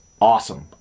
Awesome